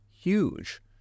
huge